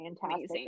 fantastic